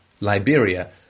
Liberia